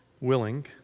Willing